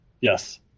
Yes